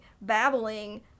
babbling